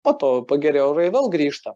po to pagerėja orai vėl grįžta